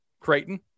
creighton